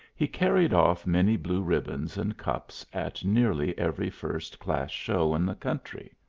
he carried off many blue ribbons and cups at nearly every first-class show in the country.